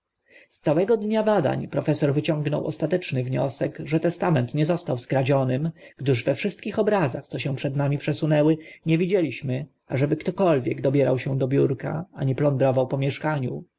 z całego dnia badań profesor wyciągał ostateczny wniosek że testament nie został skradzionym gdyż we wszystkich obrazach co się przed nami przesunęły nie widzieliśmy ażeby ktokolwiek dobierał się do biurka ani plądrował po mieszkaniu